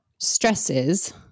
Stresses